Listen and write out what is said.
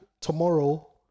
tomorrow